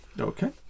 okay